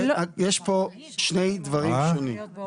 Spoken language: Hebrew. יש כאן שני דברים שונים.